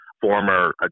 Former